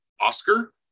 Oscar